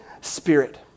Spirit